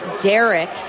Derek